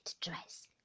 dress